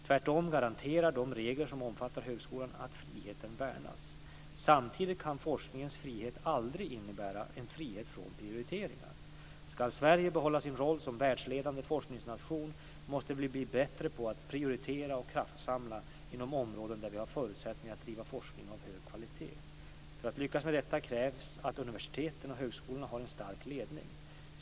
Tvärtom garanterar de regler som omfattar högskolan att friheten värnas. Samtidigt kan forskningens frihet aldrig innebära en frihet från prioriteringar. Ska Sverige behålla sin roll som världsledande forskningsnation måste vi bli bättre på att prioritera och kraftsamla inom områden där vi har förutsättningar att driva forskning av hög kvalitet. För att lyckas med detta krävs att universiteten och högskolorna har en stark ledning.